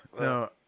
No